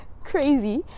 crazy